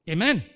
Amen